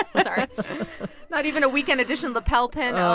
but sorry not even a weekend edition lapel pin? oh,